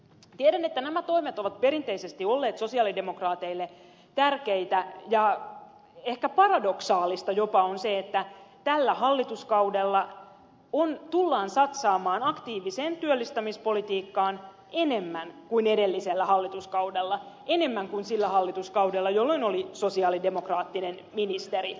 tiedän että nämä toimet ovat perinteisesti olleet sosialidemokraateille tärkeitä ja ehkä jopa paradoksaalista on se että tällä hallituskaudella tullaan satsaamaan aktiiviseen työllistämispolitiikkaan enemmän kuin edellisellä hallituskaudella enemmän kuin sillä hallituskaudella jolloin oli sosialidemokraattinen ministeri